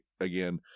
again